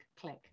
click